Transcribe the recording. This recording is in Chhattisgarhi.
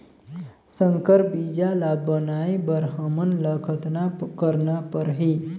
संकर बीजा ल बनाय बर हमन ल कतना करना परही?